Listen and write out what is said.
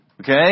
okay